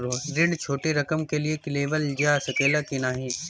ऋण छोटी रकम के लिए लेवल जा सकेला की नाहीं?